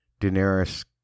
Daenerys